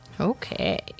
Okay